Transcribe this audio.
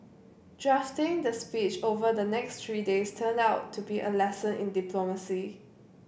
drafting the speech over the next three days turned out to be a lesson in diplomacy